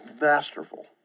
masterful